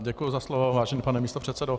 Děkuji za slovo, vážený pane místopředsedo.